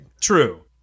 True